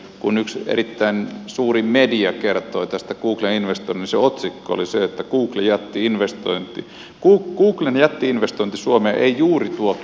kun yksi erittäin suuri media kertoi tästä googlen investoinnista niin se otsikko oli se että googlen jätti investointi suomeen ei juuri tuo työpaikkoja